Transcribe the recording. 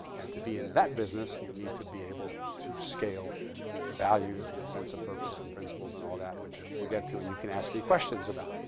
and to be in that business, you need to be able to scale values, and a sense of purpose, and principles and all that, which we'll get to and you can ask me questions about.